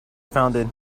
founded